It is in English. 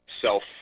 self